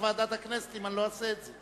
ועדת הכנסת אם אני לא אעשה את זה?